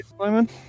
Simon